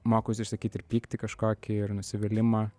mokausi išsakyt ir pyktį kažkokį ir nusivylimą